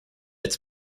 its